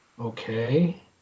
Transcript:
okay